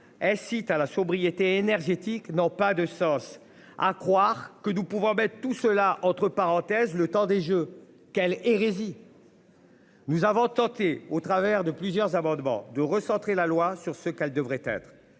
incite à la sobriété énergétique n'ont pas de sauce. À croire que nous pouvons mettre tout cela entre parenthèses, le temps des Jeux quelle hérésie. Nous avons tenté au travers de plusieurs amendements de recentrer la loi sur ce qu'elle devrait être.